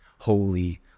Holy